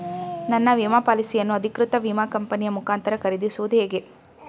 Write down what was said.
ನನ್ನ ವಿಮಾ ಪಾಲಿಸಿಯನ್ನು ಅಧಿಕೃತ ವಿಮಾ ಕಂಪನಿಯ ಮುಖಾಂತರ ಖರೀದಿಸುವುದು ಹೇಗೆ?